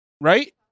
right